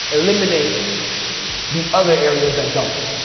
eliminate the other areas that don't,